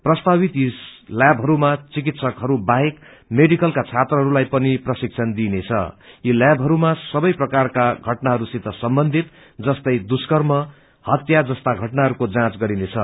प्रस्तावित यी ल्यावहरूमा चिकित्सकहरू बाहेक मेडिकलका छात्रहरूलाई पनि प्रशिक्षण दिइनेछं यी ल्यावहरूमा सबै प्रकारका षटनाहरूसित सम्बन्धित जस्तै दुर्ष्कम हत्या जस्ता षटनाहरूको जाँच गरिनेछ